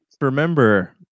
Remember